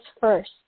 first